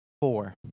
four